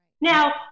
now